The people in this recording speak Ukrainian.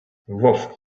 вовк